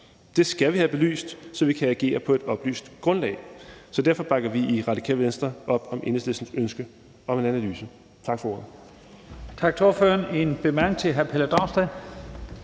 Det skal vi have belyst, så vi kan agere på et oplyst grundlag. Derfor bakker vi i Radikale Venstre op om Enhedslistens ønske om en analyse. Tak for ordet. Kl. 12:45 Første næstformand